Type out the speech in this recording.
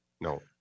No